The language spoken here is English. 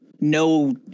no